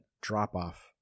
drop-off